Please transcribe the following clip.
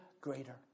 greater